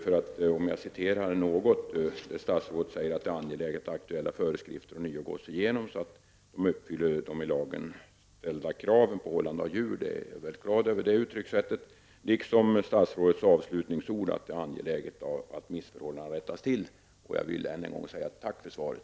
Statsrådet säger i sitt svar: ”Det är därför angeläget att aktuella föreskrifter ånyo gås igenom så att de uppfyller de i lagen uppställda kraven på hållande av djur.” Jag är glad över att statsrådet använder detta uttryckssätt, liksom också över statsrådets avslutningsord att det ”är angeläget att missförhållandena rättas till”. Jag vill än en gång säga ett tack för svaret.